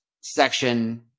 section